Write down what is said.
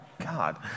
God